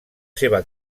seva